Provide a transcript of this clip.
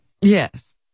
Yes